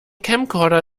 camcorder